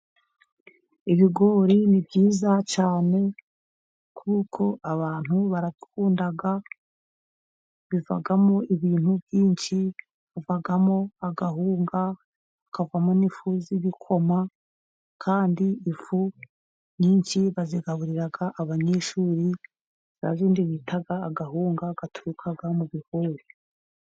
Ibigori ni byiza cyane, kuko abantu barabikunda, bivamo ibintu byinshi: bivamo akawunga, bivamo n'ifu z'igikoma, kandi ifu nyinshi bazigaburira abanyeshuri, za zindi bita akawunga gaturuka mu bigori.